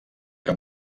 que